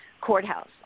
courthouse